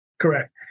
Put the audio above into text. Correct